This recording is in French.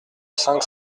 cinq